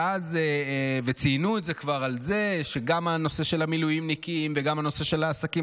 וציינו כבר גם בנושא המילואימניקים וגם בנושא העסקים